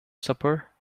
supper